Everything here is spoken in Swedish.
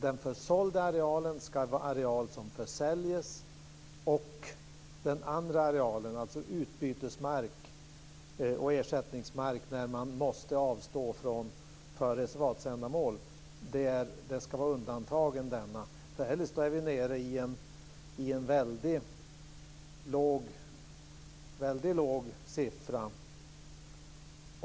Den försålda arealen ska vara areal som försäljs, och den andra arealen, dvs. utbytesmark och ersättningsmark när man måste avstå mark för reservatsändamål, ska vara undantagen denna. Eljest är vi nere i en väldigt låg siffra.